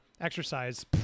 exercise